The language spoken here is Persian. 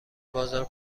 بازار